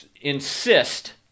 insist